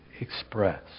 express